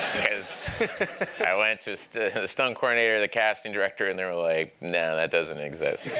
because i went to so the stunt coordinator, the casting director, and they were like, no, that doesn't exist.